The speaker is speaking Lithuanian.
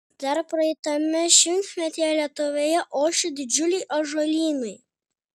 dar praeitame šimtmetyje lietuvoje ošė didžiuliai ąžuolynai